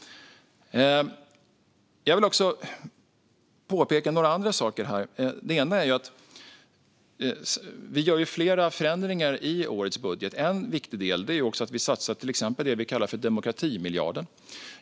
Jag vill också påpeka några andra saker. Vi gör flera förändringar i årets budget, bland annat en viktig satsning som vi kallar för demokratimiljarden.